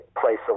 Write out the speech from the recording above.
place